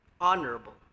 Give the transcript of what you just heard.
honorable